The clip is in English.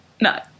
No